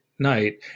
night